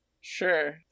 Sure